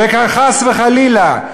וחס וחלילה,